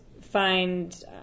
find